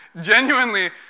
genuinely